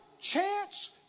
chance